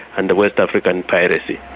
and the west african piracy.